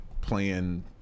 playing